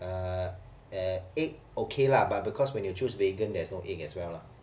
uh uh egg okay lah but because when you choose vegan there's no egg as well lah